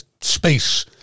space